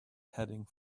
heading